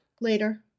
Later